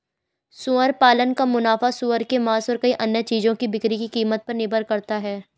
सुअर पालन का मुनाफा सूअर के मांस और कई अन्य चीजों की बिक्री की कीमत पर निर्भर करता है